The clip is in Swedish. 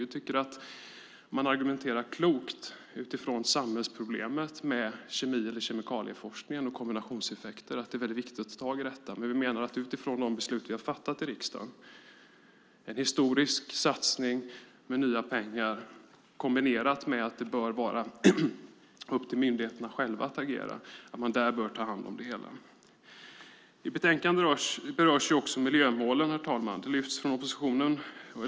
Vi tycker att man argumenterar klokt utifrån samhällsproblemet med kemi eller kemikalieforskningen och kombinationseffekter. Det är viktigt att ta tag i detta. Men vi menar att detta är tillgodosett utifrån de beslut vi har fattat i riksdagen om en historisk satsning med nya pengar kombinerat med att det bör vara upp till myndigheterna själva att agera och att man där bör ta hand om det hela. I betänkandet berörs också miljömålen, herr talman.